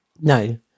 No